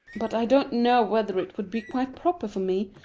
but i don't know whether it would be quite proper for me,